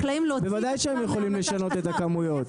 בוודאי שהם יכולים לשנות את הכמויות.